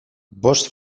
bost